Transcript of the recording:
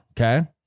Okay